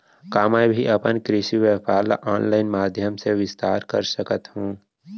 का मैं भी अपन कृषि व्यापार ल ऑनलाइन माधयम से विस्तार कर सकत हो?